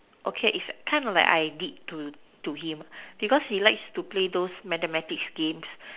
okay is kind of like I did to to him because he like to play those mathematics games